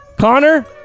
Connor